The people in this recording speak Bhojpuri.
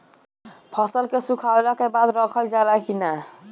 फसल के सुखावला के बाद रखल जाला कि न?